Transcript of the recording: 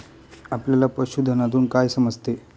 आपल्याला पशुधनातून काय समजते?